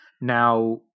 now –